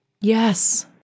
yes